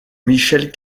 michel